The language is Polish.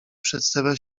przedstawia